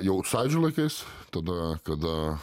jau sąjūdžio laikais tada kada